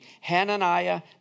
Hananiah